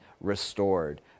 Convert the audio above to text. restored